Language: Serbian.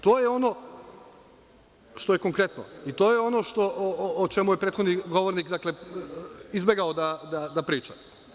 To je ono što je konkretno i to je ono o čemu je prethodni govornik izbegao da priča.